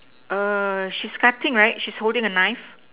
err she's cutting right she's holding a knife